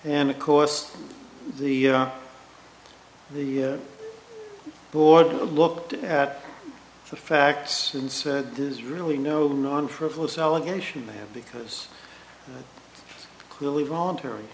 and of course the the board looked at the facts and said there's really no non frivolous allegation they have because clearly voluntary